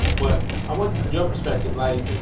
but i want your perspective like,